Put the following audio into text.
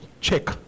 Check